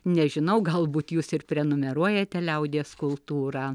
nežinau galbūt jūs ir prenumeruojate liaudies kultūrą